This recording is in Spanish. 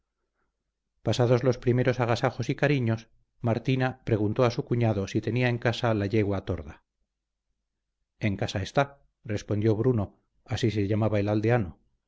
pasados los primeros agasajos y cariños martina preguntó a su cuñado si tenía en casa la yegua torda en casa está respondió bruno así se llamaba el aldeano